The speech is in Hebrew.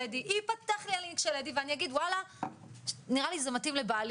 הדטה הזה ולהוכיח שיש אישור של אותו בן אדם.